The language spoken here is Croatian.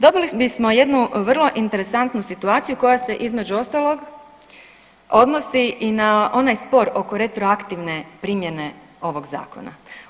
Dobili bismo jednu vrlo interesantnu situaciju koja se između ostalog odnosni i na onaj spor oko retroaktivne primjene ovog zakona.